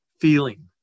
feeling